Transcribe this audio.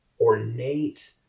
ornate